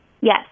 Yes